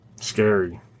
scary